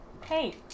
hey